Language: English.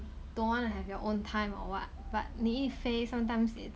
don't want to have your own time or what but 你一飞 sometimes it's